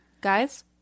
guys